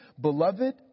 beloved